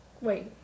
Wait